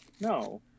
No